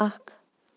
اَکھ